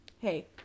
Hey